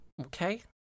okay